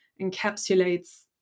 encapsulates